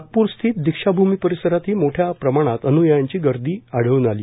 नागप्रस्थित दीक्षाभूमी परिसरात ही मोठया प्रमाणात अन्यायांची गर्दी आढळ्न आली